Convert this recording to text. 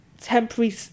Temporary